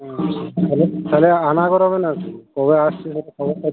হুম তাহলে তাহলে আনা করাবে নাকি কবে আসছে যদি খবরটা